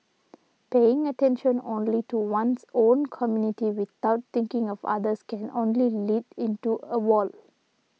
paying attention only to one's own community without thinking of others can only lead into a wall